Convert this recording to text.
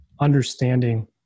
understanding